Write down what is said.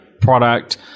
product